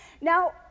Now